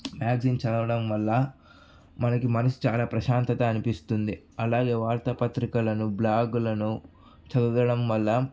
magazine చదవడం వల్ల మనకి మనసు చాలా ప్రశాంతత అనిపిస్తుంది అలాగే వార్తా పత్రికలను బ్లాగులను చదవడం వల్ల